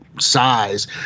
Size